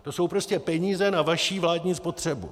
To jsou prostě peníze na vaši vládní spotřebu.